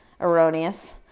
erroneous